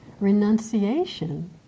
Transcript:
Renunciation